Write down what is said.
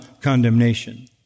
condemnation